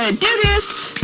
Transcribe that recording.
ah do this!